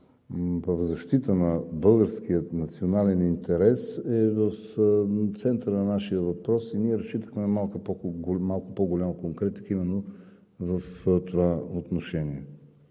в защита на българския национален интерес е в центъра на нашия въпрос и ние разчитахме на малко по-голяма конкретика именно в това отношение.